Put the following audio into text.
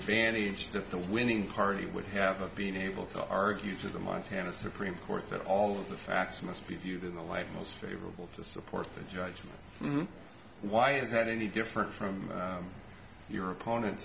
advantage that the winning party would have of being able to argue to the montana supreme court that all of the facts must be viewed in the light most favorable to support that judgment why is that any different from your opponent